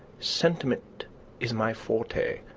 sentiment is my forte.